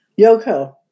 Yoko